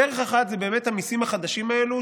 דרך אחת היא באמת המיסים החדשים האלה,